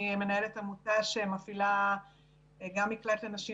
אני מנהלת עמותה שמפעילה גם מקלט לנשים